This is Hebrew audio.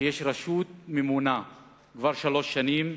שיש בו רשות ממונה כבר שלוש שנים,